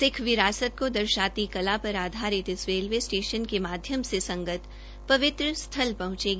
सिक्ख विरासत को दर्शाती कल पर आधारित रेलवे स्टेशन के माध्यम से संगत पवित्र स्थल पहंचेगी